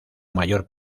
mayor